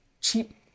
cheap